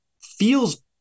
feels